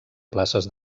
places